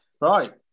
Right